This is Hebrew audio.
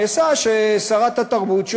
שרת התרבות,